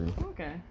Okay